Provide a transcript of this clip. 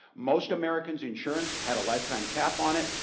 most americans' insurance had a lifetime cap on it,